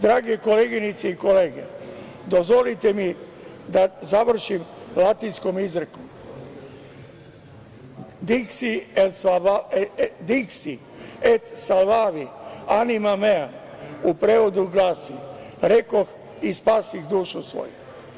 Drage koleginice i kolege, dozvolite mi da završim latinskom izrekom „diksi et salvavi animam meam“, u prevodu glasi - rekoh i spasih dušu svoju.